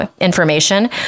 information